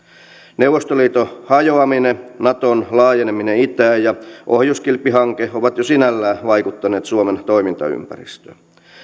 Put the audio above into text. neuvostoliiton hajoaminen naton laajeneminen itään ja ohjuskilpihanke ovat jo sinällään vaikuttaneet suomen toimintaympäristöön